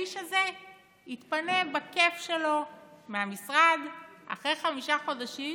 האיש הזה יתפנה בכיף שלו מהמשרד אחרי חמישה חודשים